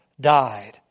died